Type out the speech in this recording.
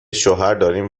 شوهرداریم